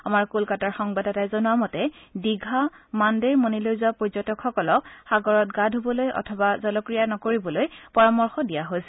আমাৰ কলকাতাৰ সংবাদদাতাই জনোৱা মতে দীঘা মাণ্ডেৰমণিলৈ যোৱা পৰ্যটকসকলক সাগৰত গা ধুবলৈ অথবা জলক্ৰীড়া নকৰিবলৈ পৰামৰ্শ দিয়া হৈছে